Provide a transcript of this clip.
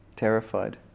Terrified